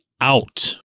out